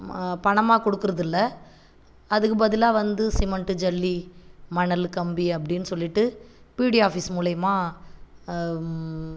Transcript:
பணமா குடுக்கறதில்ல அதுக்கு பதிலா வந்து சிமெண்ட்டு ஜல்லி மணல் கம்பி அப்படின்னு சொல்லிவிட்டு பீடிஓ ஆஃபிஸ் மூலியம